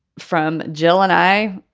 from jill and i,